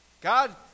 God